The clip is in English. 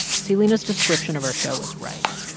see, lina's description of our show is right.